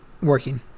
working